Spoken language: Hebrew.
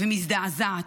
ומזדעזעת.